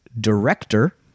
Director